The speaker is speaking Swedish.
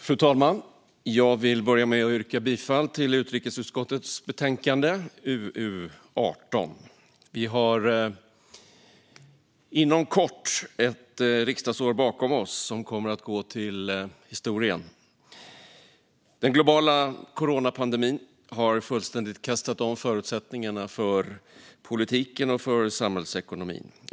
Fru talman! Jag börjar med att yrka bifall till förslaget i utrikesutskottets betänkande UU18. Vi har inom kort ett riksdagsår bakom oss som kommer att gå till historien. Coronapandemin har fullständigt kastat om förutsättningarna för politiken och samhällsekonomin.